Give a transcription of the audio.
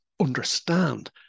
understand